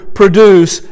produce